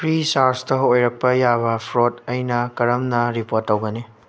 free ꯆꯥꯔꯁꯇ ꯑꯣꯏꯔꯛꯄ ꯌꯥꯕ ꯐ꯭ꯔꯥꯎꯠ ꯑꯩꯅ ꯀꯔꯝꯅ ꯔꯤꯄꯣꯔꯠ ꯇꯧꯒꯅꯤ